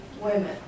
women